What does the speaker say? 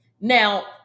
Now